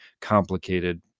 complicated